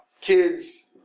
kids